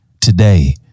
today